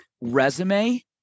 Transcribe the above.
resume